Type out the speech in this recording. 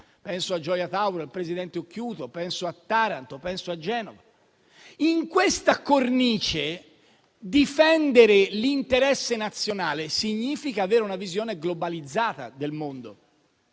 Penso a Gioia Tauro, al presidente Occhiuto, a Taranto e a Genova. In questa cornice, difendere l'interesse nazionale significa avere una visione globalizzata del mondo.